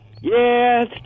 Yes